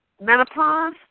menopause